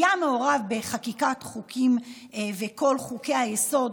היה מעורב בחקיקת חוקים וכל חוקי-היסוד,